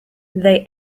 they